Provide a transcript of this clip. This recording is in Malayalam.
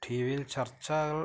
ടി വിയിൽ ചർച്ചകള്